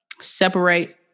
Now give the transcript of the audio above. separate